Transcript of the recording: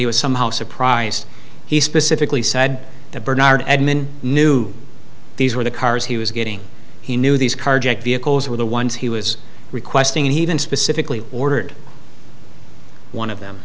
he was somehow surprised he specifically said that bernard admin knew these were the cars he was getting he knew these carjacked vehicles were the ones he was requesting and he even specifically ordered one of them